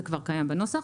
זה כבר קיים בנוסח.